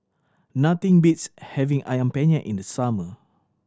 nothing beats having Ayam Penyet in the summer